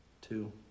two